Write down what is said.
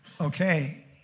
okay